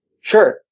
Sure